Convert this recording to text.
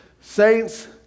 Saints